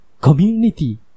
community